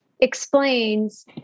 explains